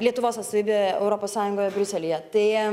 lietuvos atstovybėje europos sąjungoje briuselyje tai